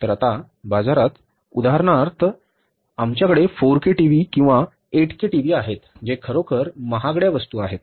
तर आता बाजारात उदाहरणार्थ आमच्याकडे 4के टीव्ही किंवा 8के टीव्ही आहेत जे खरोखर महागड्या वस्तू आहेत